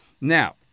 Now